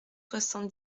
soixante